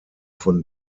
von